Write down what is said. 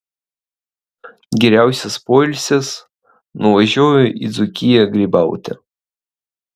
geriausias poilsis nuvažiuoju į dzūkiją grybauti